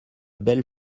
belles